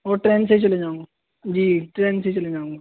اور ٹرین سے چلے جاؤں گا جی ٹرین سے ہی چلے جاؤں گا